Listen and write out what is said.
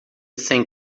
think